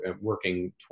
working